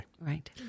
Right